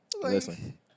Listen